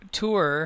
tour